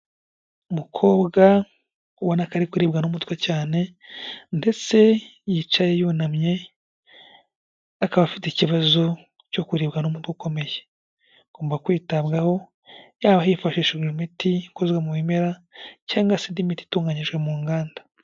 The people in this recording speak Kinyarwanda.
Umukobwa ubona ko ari kuribwa n'umutwe cyane ndetse yicaye yunamye, akaba afite ikibazo cyo kuribwa n'umutwe ukomeye. Agomba kwitabwaho, haba hifashishijwe imiti ikozwe mu bimera cyangwa se indi miti itunganyijwe mu nganda.